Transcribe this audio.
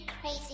crazy